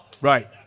Right